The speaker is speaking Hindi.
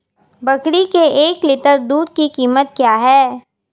बकरी के एक लीटर दूध की कीमत क्या है?